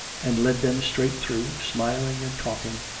and led them straight through, smiling and talking,